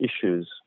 issues